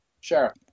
Sure